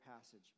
passage